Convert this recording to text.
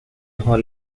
hall